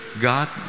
God